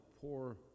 poor